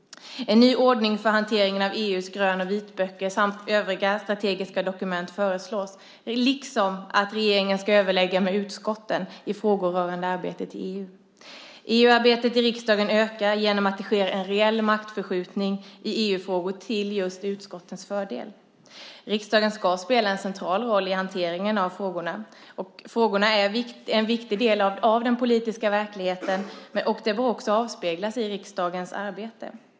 En ny ordning för hanteringen av EU:s grön och vitböcker samt övriga strategiska dokument föreslås, liksom att regeringen ska överlägga med utskotten i frågor rörande arbetet i EU. EU-arbetet i riksdagen ökar genom att det sker en reell maktförskjutning i EU-frågor till just utskottens fördel. Riksdagen ska spela en central roll i hanteringen av frågorna. Frågorna är en viktig del av den politiska verkligheten. Det bör också avspeglas i riksdagens arbete.